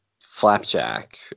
flapjack